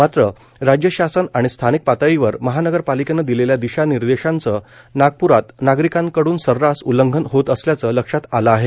मात्र राज्य शासन आणि स्थानिक पातळीवर महानगरपालिकेनं दिलेल्या दिशानिर्देशांचं नागप्रात नागरिकांकडून सर्रास उल्लंघन होत असल्याचं लक्षात आलं आहे